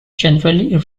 generally